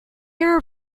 are